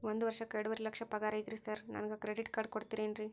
ಒಂದ್ ವರ್ಷಕ್ಕ ಎರಡುವರಿ ಲಕ್ಷ ಪಗಾರ ಐತ್ರಿ ಸಾರ್ ನನ್ಗ ಕ್ರೆಡಿಟ್ ಕಾರ್ಡ್ ಕೊಡ್ತೇರೆನ್ರಿ?